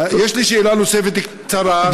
יש לי שאלה נוספת, קצרה.